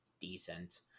decent